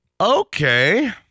Okay